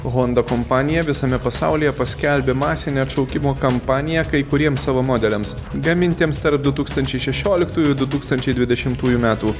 honda kompanija visame pasaulyje paskelbė masinę atšaukimo kampaniją kai kuriems savo modeliams gamintiems tarp du tūkstančiai šešioliktųjų du tūkstančiai dvidešimtųjų metų